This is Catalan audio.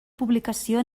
publicació